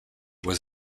was